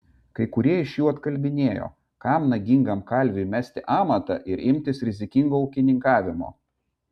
kai kurie iš jų atkalbinėjo kam nagingam kalviui mesti amatą ir imtis rizikingo ūkininkavimo